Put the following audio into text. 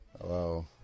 Hello